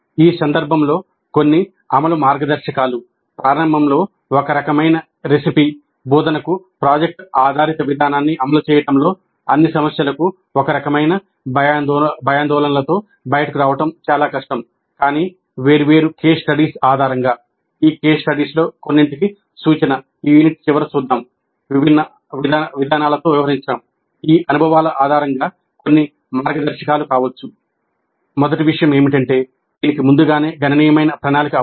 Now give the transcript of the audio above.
ఈ సందర్భంలో కొన్ని అమలు మార్గదర్శకాలు ప్రారంభంలో ఒక రకమైన రెసిపీ దీనికి ముందుగానే గణనీయమైన ప్రణాళిక అవసరం